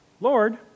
Lord